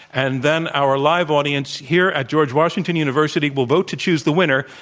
and then our live audience here at george washington university will vote to choose the winner,